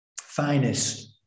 finest